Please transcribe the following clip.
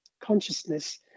consciousness